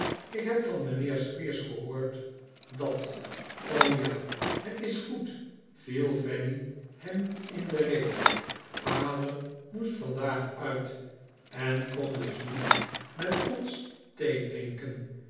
ik heb van mijnheer squeers gehoord dat o ja het is goed viel fanny hem in de rede vader moest vandaag uit en kon nikolaas op thee visite dus niet met ons